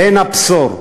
בעין-הבשור,